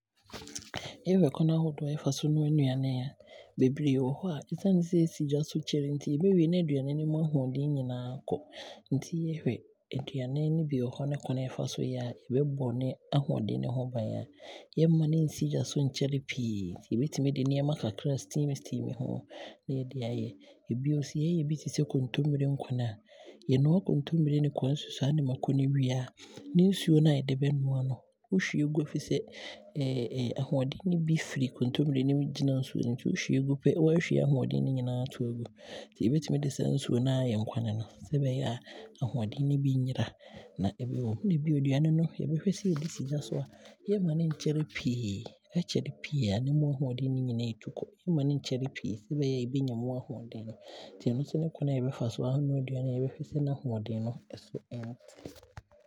Yɛhwɛ kwane ahodoɔ a yɛfa so nua aduane a beberee wɔ hɔ a ɛsiane sɛ esi gya so kyɛre no nti, ɛbi wɔ hɔ a yɛbɛwie no na ɛmu ahoɔden no nyinaa kɔ. Nti yɛ hwɛ nnuane no bi wɔ hɔ, ɛne kwane a yɛfa so yɛ a, yɛbɛbɔ N'ahoɔden ho bane a, yɛnna no nsi gya so nkyɛre pii nti yɛbɛtumi de nneɛma kakra a steam steam ho na yɛde aayɛ. Bio nso yɛɛyɛ aduane bi te sɛ kontomire nkwane a yɛnoa kontomire n kwawu nsusuaa ne mako no wie a, ne nsuo no a yɛde bɛnoa no, wohwie gu a ɛfisɛ ahoɔden no bi firi nkontommire no mu gyina nsuo no mu, nti sɛ wo hwie gu pɛ, waahwie ahoɔden no nyinaa aato aagu. Nti yɛbɛtumi de saa nsuo noaa aayɛ nkwane no sɛ ɛbɛyɛ a ahoɔden no bi nnwura na bio yɛbɛhwɛ sɛ aduane no yɛde si gya so a, yɛmma no nkyɛre pii, ɛkyerɛ pii a ne mu ahoɔden no nyinaa ɛɛtu kɔ, mma no nkyɛre pii sɛ ɛbɛyɛ a yɛbɛnya mu ahoɔden no, nti ɔno ne kwane a yɛbɛfa so aanoa aduane a yɛbɛhwɛ sɛ n'ahoɔden no ɛso ɛnte.